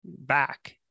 back